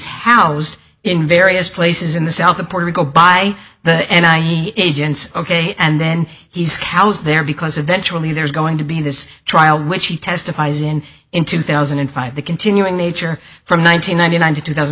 housed in various places in the south of puerto rico by the end i he agents ok and then he's cows there because eventually there's going to be this trial which he testifies in in two thousand and five the continuing nature from one thousand ninety nine to two thousand